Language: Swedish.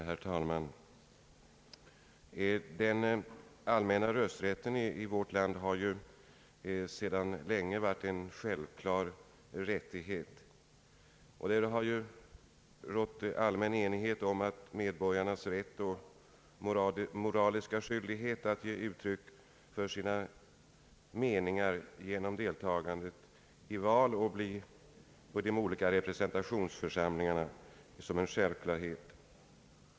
Herr talman! Den allmänna rösträtten i vårt land har sedan länge varit någonting självklart. Det har rått allmän enighet om medborgarnas rätt och moraliska skyldighet att genom deltagande i val till de olika representationsförsamlingarna ge uttryck för sina meningar.